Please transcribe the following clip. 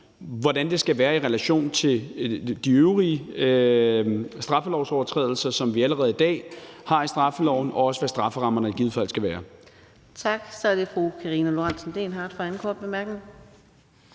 hvordan det skal være i relation til de øvrige straffelovsovertrædelser, som vi allerede i dag har i straffeloven, og også hvad strafferammerne i givet fald skal være. Kl. 17:31 Fjerde næstformand (Karina Adsbøl): Tak.